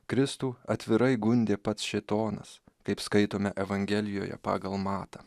kristų atvirai gundė pats šėtonas kaip skaitome evangelijoje pagal matą